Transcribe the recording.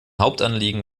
hauptanliegen